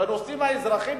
בנושאים האזרחיים,